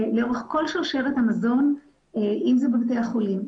שלאורך כל שרשרת המזון אם זה בבתי החולים,